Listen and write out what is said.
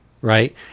Right